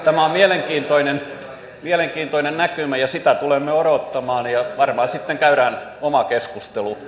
tämä on mielenkiintoinen näkymä ja sitä tulemme odottamaan ja varmaan sitten käydään oma keskustelu